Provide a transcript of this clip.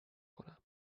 کنم